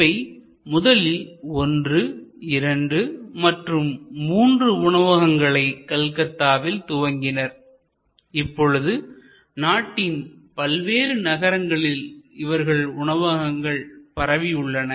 இவை முதலில் ஒன்று இரண்டு மற்றும் மூன்று உணவகங்களை கல்கத்தாவில் துவக்கினர் இப்போது நாட்டின் பல்வேறு நகரங்களிலும் இவர்கள் உணவகங்கள் பரவி உள்ளன